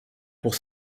pour